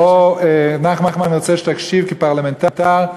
נחמן, אני רוצה שתקשיב כפרלמנטר.